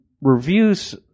reviews